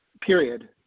period